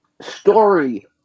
story